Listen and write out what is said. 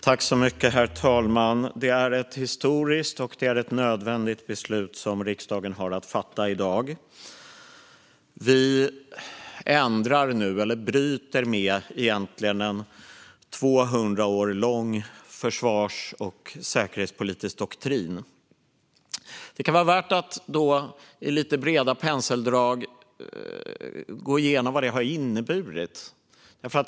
Herr talman! Det är ett historiskt och nödvändigt beslut som riksdagen i dag har att fatta. Vi bryter nu med en 200 år lång försvars och säkerhetspolitisk doktrin. Det kan vara värt att i lite breda penseldrag gå igenom vad den har inneburit.